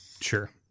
Sure